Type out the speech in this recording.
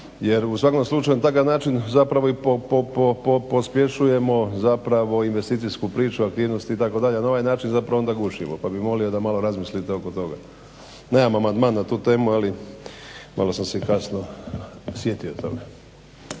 jer u svakom slučaju na takav način zapravo i pospješujemo zapravo investicijsku priču, aktivnosti itd. Ali na ovaj način zapravo onda gušimo, pa bih molio da malo razmislite oko toga. Nemam amandman na tu temu, ali malo sam se i kasno sjetio toga.